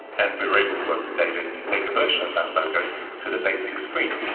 and we were able to work with david to take a version of that logo to the basic screen.